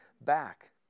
back